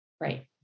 Right